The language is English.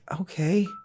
okay